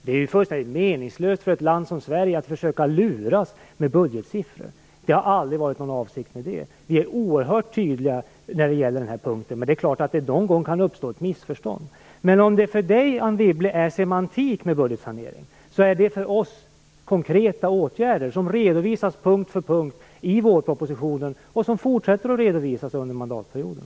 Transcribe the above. Det är fullständigt meningslöst för ett land som Sverige att försöka luras med budgetsiffror. Det har aldrig varit avsikten. Vi är oerhört tydliga på den här punkten, men det kan självfallet uppstå ett missförstånd någon gång. Men om budgetsanering för Anne Wibble är semantik, är det för oss konkreta åtgärder, som redovisas punkt för punkt i vårpropositionen och som kommer att fortsätta att redovisas under mandatperioden.